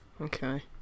Okay